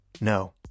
No